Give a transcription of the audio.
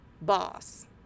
boss